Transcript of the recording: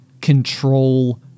control